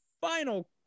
final